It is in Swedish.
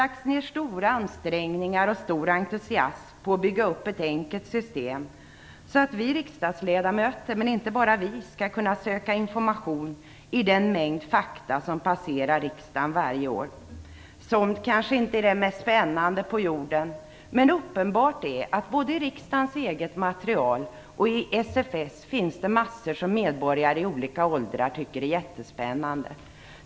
Stora ansträngningar och stor entusiasm har lagts ner för att bygga om ett enkelt system så att vi riksdagsledamöter - men inte bara vi - skall kunna söka information i den mängd fakta som passerar riksdagen varje år. Somt kanske inte är det mest spännande på vår jord. Men det är uppenbart att såväl i riksdagens eget material som i SFS finns det massor som medborgare i olika åldrar tycker är jättespännande.